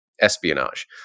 espionage